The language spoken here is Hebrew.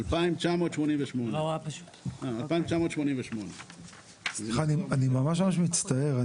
2,988. אני ממש מצטער,